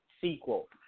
sequel